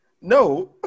No